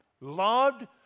loved